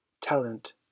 talent